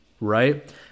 right